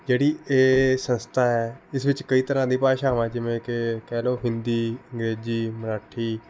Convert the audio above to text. ਜਿਹੜੀ ਇਹ ਸੰਸਥਾ ਹੈ ਇਸ ਵਿੱਚ ਕਈ ਤਰ੍ਹਾਂ ਦੀ ਭਾਸ਼ਾਵਾਂ ਜਿਵੇਂ ਕਿ ਕਹਿ ਲਓ ਹਿੰਦੀ ਅੰਗਰੇਜ਼ੀ ਮਰਾਠੀ